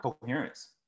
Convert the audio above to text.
coherence